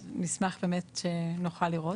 אז נשמח באמת שנוכל לראות.